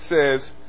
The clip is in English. says